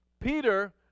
Peter